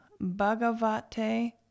Bhagavate